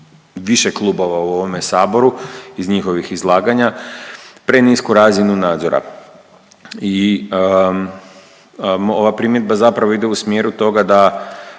više klubova u ovome u Saboru iz njihovih izlaganja prenisku razinu nadzora. I ova primjedba zapravo ide u smjeru toga da